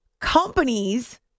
companies